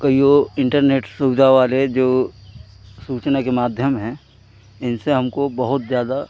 कइयों इन्टरनेट सुविधा वाले जो सूचना के माध्यम हैं इनसे हमको बहुत ज़्यादा